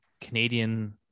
Canadian